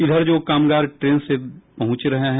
इधर जो कामगार ट्रेन से पहुंच रहे हैं